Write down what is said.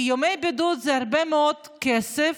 כי ימי בידוד זה הרבה מאוד כסף,